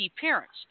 parents